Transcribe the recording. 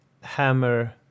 hammer